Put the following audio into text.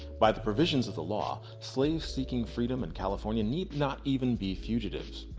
by the provisions of the law, slaves seeking freedom in california need not even be fugitives.